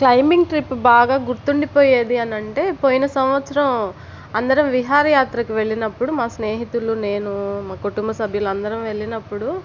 claiming trip బాగా గుర్తుండిపోయేది అని అంటే పోయిన సంవత్సరం అందరం విహారయాత్రకు వెళ్లినప్పుడు మా స్నేహితులు నేను మా కుటుంబ సభ్యులందరం వెళ్ళినప్పుడు